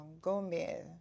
Gomez